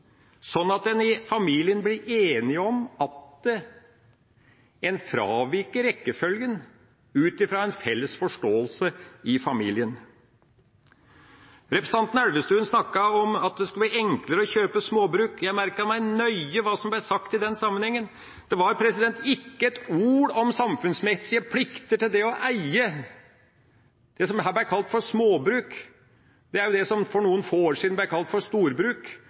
sånn at en i familien blir enige om at en fraviker rekkefølgen ut fra en felles forståelse i familien. Representanten Elvestuen snakket om at det skulle bli enklere å kjøpe småbruk. Jeg merket meg nøye hva som ble sagt i den sammenhengen. Det var ikke ett ord om samfunnsmessige plikter til det å eie det som her ble kalt for småbruk. Det er det som for noen år siden ble kalt storbruk